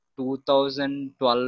2012